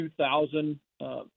2,000